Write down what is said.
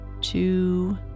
two